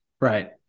Right